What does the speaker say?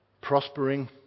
prospering